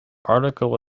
article